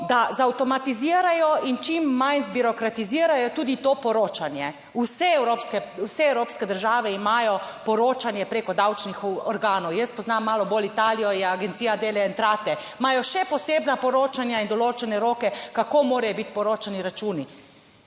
da avtomatizirajo in čim manj zbirokratizirajo tudi to poročanje. Vse evropske, vse evropske države imajo poročanje preko davčnih organov. Jaz poznam malo bolj Italijo, je agencija / nerazumljivo/, imajo še posebna poročanja in določene roke, kako morajo biti poročani računi.